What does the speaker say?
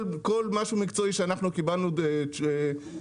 כל משהו מקצועי שאנחנו שאלנו עליו וביקשנו לדעת,